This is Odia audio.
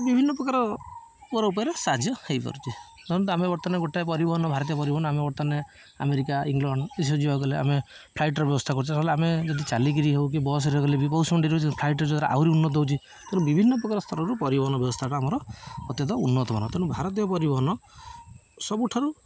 ବିଭିନ୍ନ ପ୍ରକାର ଉପାୟରେ ସାହାଯ୍ୟ ହୋଇପାରୁଛି ଧରନ୍ତୁ ଆମେ ବର୍ତ୍ତମାନ ଗୋଟେ ପରିବହନ ଭାରତୀୟ ପରିବହନ ଆମେ ବର୍ତ୍ତମାନ ଆମେରିକା ଇଂଲଣ୍ଡ ଏସବୁ ଯିବାକୁ ହେଲେ ଆମେ ଫ୍ଲାଇଟର ବ୍ୟବସ୍ଥା କରୁଛୁ ତାହେଲେ ଆମେ ଯଦି ଚାଲିକରି ହେଉ କି ବସରେ ଗଲେ ବି ବହୁତ ରହୁ ଫ୍ଲାଇଟରେ ଯାଉ ଆହୁରି ଉନ୍ନତ ହେଉଛି ତେଣୁ ବିଭିନ୍ନ ପ୍ରକାର ସ୍ତରରୁ ପରିବହନ ବ୍ୟବସ୍ଥାଟା ଆଉ ଅତ୍ୟନ୍ତ ଉନ୍ନତମାନର ତେଣୁ ଭାରତୀୟ ପରିବହନ ସବୁଠାରୁ